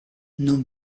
non